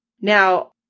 Now